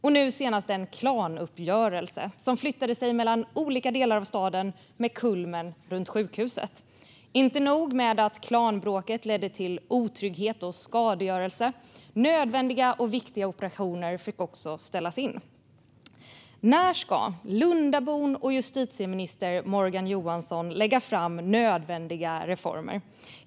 Nu senast var det en klanuppgörelse som flyttade sig mellan olika delar av staden, och kulmen skedde runt sjukhuset. Inte nog med att klanbråket ledde till otrygghet och skadegörelse; nödvändiga och viktiga operationer fick också ställas in. När ska Lundabon och justitieministern Morgan Johansson lägga fram förslag på nödvändiga reformer?